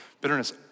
Bitterness